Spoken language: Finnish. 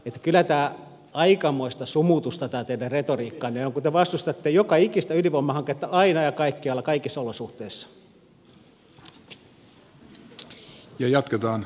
kyllä tämä aikamoista sumutusta tämä teidän retoriikkanne on kun te vastustatte joka ikistä ydinvoimahanketta aina ja kaikkialla kaikissa olosuhteissa